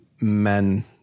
men